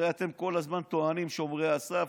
הרי אתם כל הזמן טוענים: שומרי הסף,